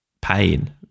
pain